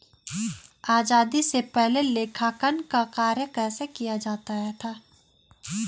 आजादी से पहले लेखांकन का कार्य कैसे किया जाता था?